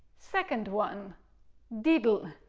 second one did'l.